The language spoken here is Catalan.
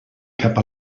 cap